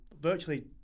virtually